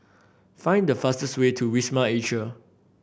find the fastest way to Wisma Atria